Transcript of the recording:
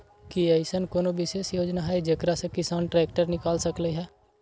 कि अईसन कोनो विशेष योजना हई जेकरा से किसान ट्रैक्टर निकाल सकलई ह?